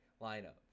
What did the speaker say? lineup